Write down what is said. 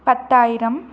பத்தாயிரம்